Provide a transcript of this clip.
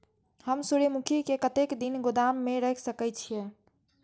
हम सूर्यमुखी के कतेक दिन गोदाम में रख सके छिए?